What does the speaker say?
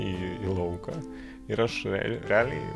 į į lauką ir aš realiai